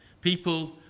People